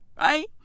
Right